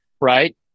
right